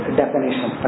definition